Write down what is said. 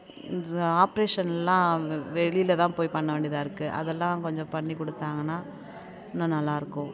இது ஆப்ரேஷன்லாம் வெளியில் தான் போய் பண்ண வேண்டியதாக இருக்குது அதெல்லாம் கொஞ்சம் பண்ணி கொடுத்தாங்கன்னா இன்னும் நல்லாயிருக்கும்